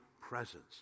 presence